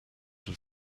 have